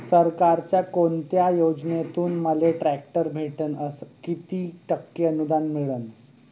सरकारच्या कोनत्या योजनेतून मले ट्रॅक्टर भेटन अस किती टक्के अनुदान मिळन?